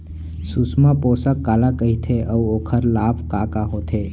सुषमा पोसक काला कइथे अऊ ओखर लाभ का का होथे?